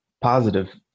positive